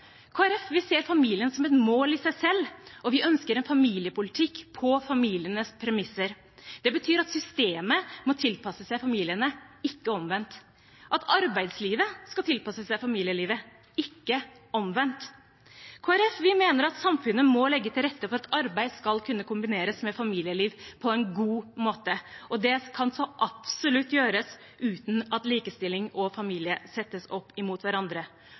ser familien som et mål i seg selv, og vi ønsker en familiepolitikk på familienes premisser. Det betyr at systemet må tilpasse seg familiene, ikke omvendt, at arbeidslivet skal tilpasse seg familielivet, ikke omvendt. Kristelig Folkeparti mener at samfunnet må legge til rette for at arbeid skal kunne kombineres med familieliv på en god måte. Det kan så absolutt gjøres uten at likestilling og familie settes opp imot hverandre,